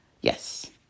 Yes